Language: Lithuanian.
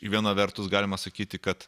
viena vertus galima sakyti kad